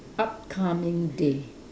upcoming day